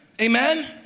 Amen